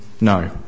no